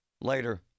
Later